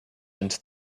into